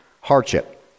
hardship